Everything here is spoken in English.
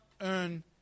earn